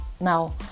Now